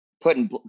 putting